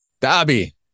Dobby